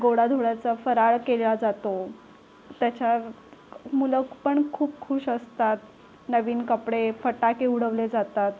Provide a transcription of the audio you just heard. गोडाधोडाचा फराळ केला जातो त्याच्यात मुलं पण खूप खूश असतात नवीन कपडे फटाके उडवले जातात